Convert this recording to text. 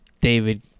David